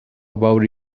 about